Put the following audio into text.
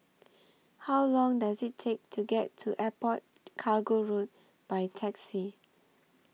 How Long Does IT Take to get to Airport Cargo Road By Taxi